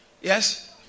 Yes